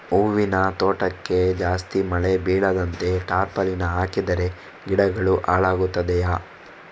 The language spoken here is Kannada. ಹೂವಿನ ತೋಟಕ್ಕೆ ಜಾಸ್ತಿ ಮಳೆ ಬೀಳದಂತೆ ಟಾರ್ಪಾಲಿನ್ ಹಾಕಿದರೆ ಗಿಡಗಳು ಹಾಳಾಗುತ್ತದೆಯಾ?